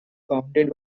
bounded